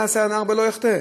מה יעשה הנער ולא יחטא?